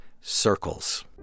Circles